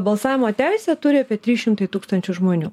balsavimo teisę turi apie trys šimtai tūkstančių žmonių